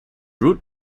route